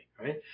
Right